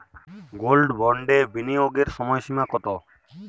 Gold বন্ডে বিনিয়োগের সময়সীমা কতো?